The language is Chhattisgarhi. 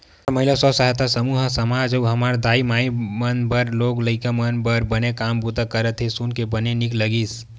तुंहर महिला स्व सहायता समूह ह समाज अउ हमर दाई माई मन बर लोग लइका मन बर बने काम बूता करत हे सुन के बने नीक लगिस